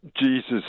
Jesus